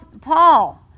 Paul